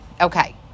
okay